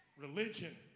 religion